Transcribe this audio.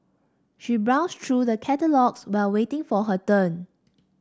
she browsed through the catalogues while waiting for her turn